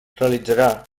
realitzarà